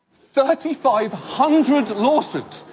thirty-five hundred lawsuits!